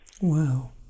Wow